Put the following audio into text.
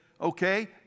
okay